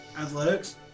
Athletics